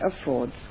affords